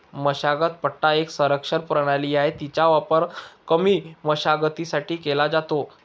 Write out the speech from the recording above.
मशागत पट्टा एक संरक्षण प्रणाली आहे, तिचा वापर कमी मशागतीसाठी केला जातो